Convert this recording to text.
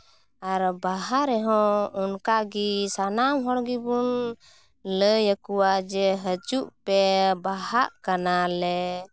ᱟᱨ ᱵᱟᱦᱟ ᱨᱮᱦᱚᱸ ᱚᱱᱠᱟᱜᱮ ᱥᱟᱱᱟᱢ ᱦᱚᱲ ᱜᱮᱵᱚᱱ ᱞᱟᱹᱭᱟᱠᱚᱣᱟ ᱡᱮ ᱦᱟᱡᱩᱜ ᱯᱮ ᱵᱟᱦᱟᱜ ᱠᱟᱱᱟ ᱞᱮ